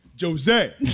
Jose